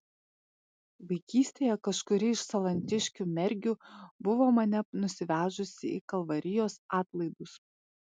vaikystėje kažkuri iš salantiškių mergių buvo mane nusivežusi į kalvarijos atlaidus